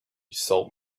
salt